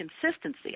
consistency